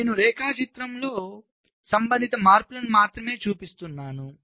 నేను రేఖాచిత్రంలో సంబంధిత మార్పులను మాత్రమే చూపిస్తున్నాము